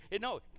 No